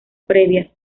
previas